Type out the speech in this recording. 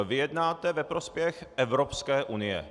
Vy jednáte ve prospěch Evropské unie.